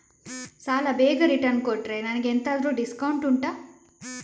ಸಾಲ ಬೇಗ ರಿಟರ್ನ್ ಕೊಟ್ರೆ ನನಗೆ ಎಂತಾದ್ರೂ ಡಿಸ್ಕೌಂಟ್ ಉಂಟಾ